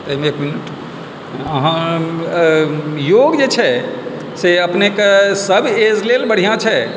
अहाँ योग जे छै से अपनेके सब एज लेल बढ़िआँ छै